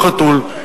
אותו חתול,